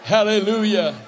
Hallelujah